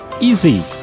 Easy